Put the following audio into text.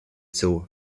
zoo